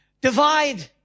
Divide